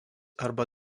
arba